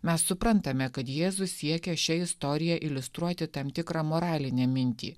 mes suprantame kad jėzus siekia šia istorija iliustruoti tam tikrą moralinę mintį